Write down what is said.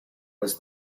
was